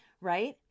right